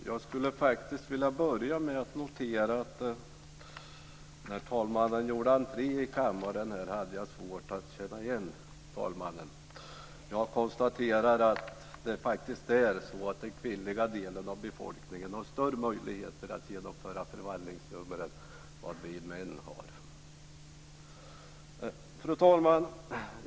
Fru talman! Jag skulle vilja börja med att notera att jag hade svårt att känna igen talmannen när hon gjorde entré i kammaren. Jag konstaterar att det faktiskt är så att den kvinnliga delen av befolkningen har större möjligheter att genomföra förvandlingsnummer än vad vi män har. Fru talman!